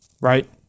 Right